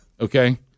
Okay